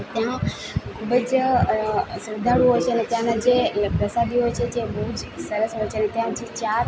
ત્યાં ખૂબ જ શ્રદ્ધાળુઓ હોય છે અને ત્યાંનાં જે પ્રસાદી હોય છે જે બહુ જ સરસ હોય છે અને ત્યાંજ ચાર